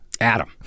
Adam